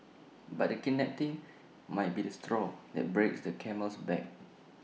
but the kidnapping might be the straw that breaks the camel's back